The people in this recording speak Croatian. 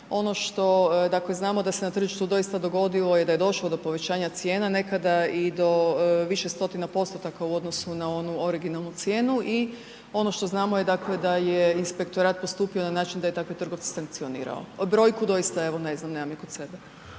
Ono što znamo da se na tržištu doista dogodilo je da je došlo do povećanja cijena, nekada i do više stotina postotaka u odnosu na onu originalnu cijenu i ono što znamo da je inspektorat postupio na način da je takve trgovce sankcionirao. Broju doista ne znam, nemam kod sebe.